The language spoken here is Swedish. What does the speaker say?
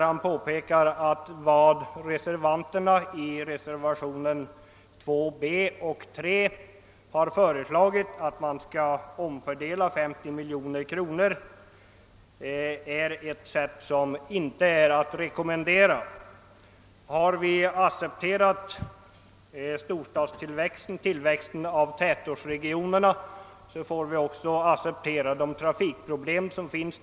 Han påpekade att reservanterna i reservationerna 2 b och 3 har föreslagit att ett anslag på 50 miljoner kronor skall omfördelas och att något sådant inte är att rekommendera; har vi accepterat tillväxten av tätortsregionerna får vi också acceptera de trafikproblem som finns.